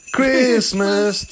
Christmas